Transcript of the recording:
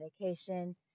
medication